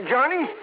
Johnny